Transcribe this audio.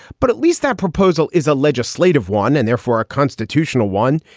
but at least that proposal is a legislative one and therefore a constitutional one.